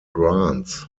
grants